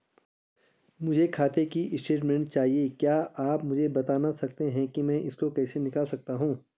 मुझे खाते की स्टेटमेंट चाहिए क्या आप मुझे बताना सकते हैं कि मैं इसको कैसे निकाल सकता हूँ?